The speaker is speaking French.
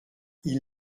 ils